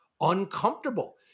uncomfortable